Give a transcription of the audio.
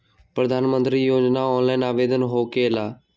प्रधानमंत्री योजना ऑनलाइन आवेदन होकेला?